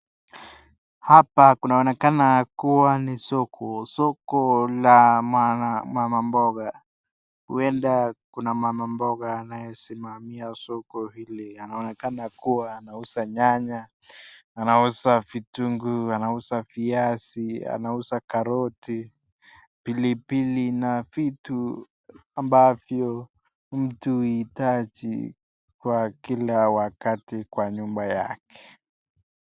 Hapa kunaonekana kuwa ni soko, soko la mama mboga huenda kuna mama mboga anayesimamia soko hili, anaonekana kuwa anauza nyanya, anauza vitungu, anauza viazi, anauza karoti, pilipili na vitu ambavyo mtu huitaji kwa kila wakati kwa nyumba yake.